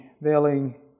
veiling